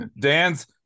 dan's